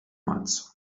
mazzo